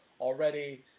already